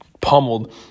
pummeled